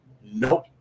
Nope